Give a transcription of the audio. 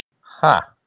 Ha